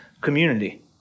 community